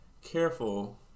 careful